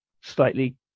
slightly